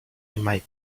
might